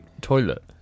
toilet